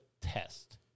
test